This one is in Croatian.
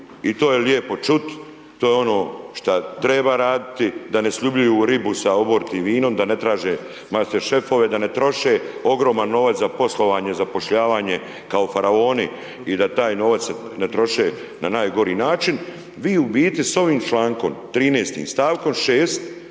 i to je lijepo čut, to je ono šta treba raditi da ne sljubljuju ribi i oborki vinom, da ne traže master šefove da ne troše ogroman novac za poslovanje, zapošljavanje kao faraoni i da taj novac ne troše na najgori način. I u biti s ovim člankom 13. stavkom 6.